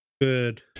good